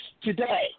today